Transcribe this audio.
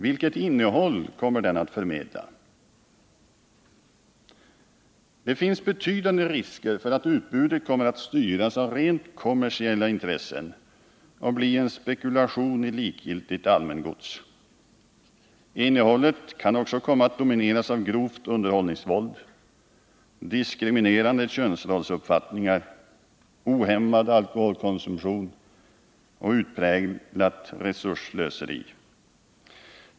Vilket innehåll kommer den att förmedla? Det finns betydande risker för att utbudet kommer att styras av rent kommersiella intressen och bli en spekulation i likgiltigt allmängods. Innehållet kan också komma att domineras av grovt underhållningsvåld, diskriminerande könsrollsuppfattningar, ohämmad alkoholkonsumtion och utpräglat resursslöseri.